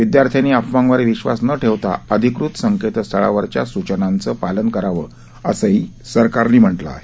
विद्यार्थ्यांनी अफवांवर विश्वास न ठेवता अधिकृत संकेत स्थळांवरच्या सूचनाचं पालन करावं असंही सरकारनं म्हटलं आहे